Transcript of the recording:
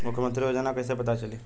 मुख्यमंत्री योजना कइसे पता चली?